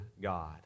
God